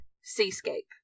seascape